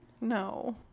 No